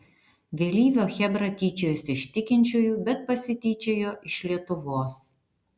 vėlyvio chebra tyčiojosi iš tikinčiųjų bet pasityčiojo iš lietuvos